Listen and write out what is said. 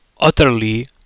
utterly